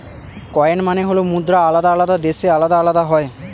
coin মানে হল মুদ্রা আলাদা আলাদা দেশে আলাদা আলাদা হয়